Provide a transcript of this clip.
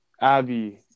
Abby